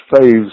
phase